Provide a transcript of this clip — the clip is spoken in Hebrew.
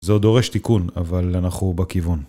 זה עוד דורש תיקון, אבל אנחנו בכיוון.